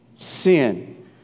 sin